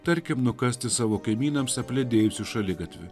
tarkim nukasti savo kaimynams apledėjusį šaligatvį